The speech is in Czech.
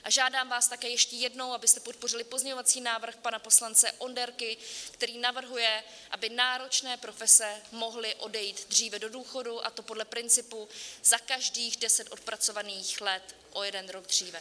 A žádám vás také ještě jednou, abyste podpořili pozměňovací návrh pana poslance Onderky, který navrhuje, aby náročné profese mohly odejít dříve do důchodu, a to podle principu za každých deset odpracovaných let o jeden rok dříve.